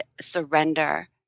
surrender